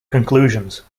conclusions